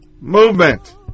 Movement